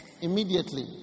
Immediately